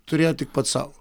turėjot tik pats sau